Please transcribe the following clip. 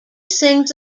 sings